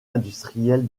industrielle